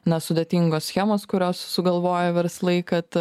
na sudėtingos schemos kurios sugalvoja verslai kad